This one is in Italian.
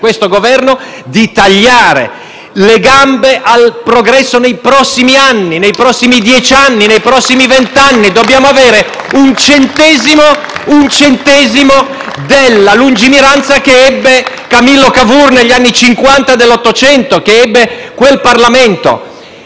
al Governo di tagliare le gambe al progresso nei prossimi dieci, vent'anni. *(Applausi dal Gruppo FI-BP)*. Dobbiamo avere un centesimo della lungimiranza che ebbe Camillo Cavour negli anni Cinquanta dell'Ottocento, che ebbe quel Parlamento.